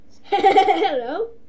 Hello